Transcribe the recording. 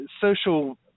social